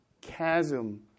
chasm